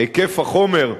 היקף החומר,